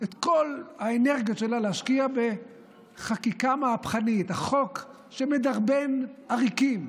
את כל האנרגיות שלה להשקיע בחקיקה מהפכנית: החוק שמדרבן עריקים,